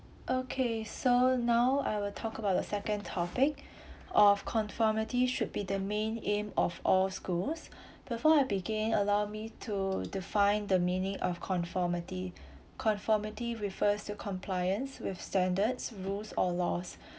okay so now I will talk about the second topic of conformity should be the main aim of all schools before I begin allow me to define the meaning of conformity conformity refers to compliance with standards rules or laws